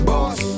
Boss